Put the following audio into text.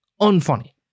unfunny